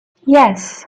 yes